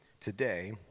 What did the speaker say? today